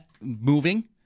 moving